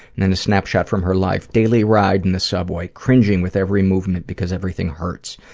and then, a snapshot from her life daily ride in the subway. cringing with every movement because everything hurts.